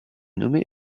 nommé